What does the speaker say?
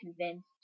convinced